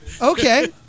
okay